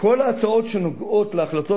כל ההצעות שנוגעות בהחלטות